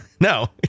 No